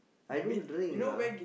I don't drink lah